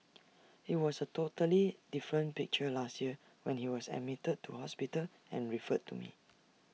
IT was A totally different picture last year when he was admitted to hospital and referred to me